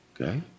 okay